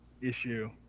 issue